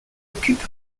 occupe